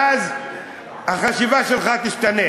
ואז החשיבה שלך תשתנה.